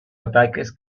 ataques